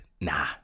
nah